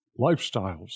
Lifestyles